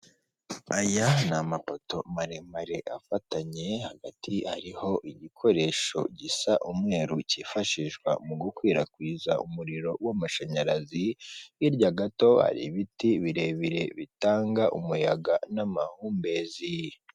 Aya ni amapoto maremare afatanye hagati hariho igikoresho gisa umweru kifashishwa mu gukwirakwiza umuriro w'amashanyarazi, hirya gato hari ibiti birebire bitanga umuyaga n'amahumbezi.